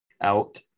out